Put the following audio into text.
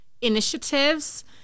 initiatives